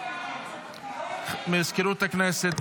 מזכירות הכנסת,